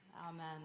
Amen